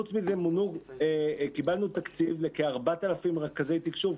חוץ מזה קיבלנו תקציב לכ-4,000 רכזי תקשוב,